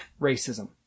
racism